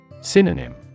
Synonym